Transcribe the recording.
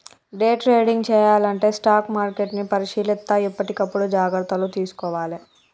day trading చెయ్యాలంటే stock మార్కెట్ని పరిశీలిత్తా ఎప్పటికప్పుడు జాగర్తలు తీసుకోవాలే